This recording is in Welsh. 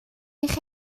eich